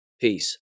Peace